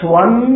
one